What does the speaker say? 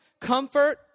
comfort